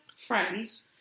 friends